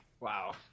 Wow